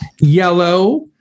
yellow